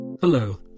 Hello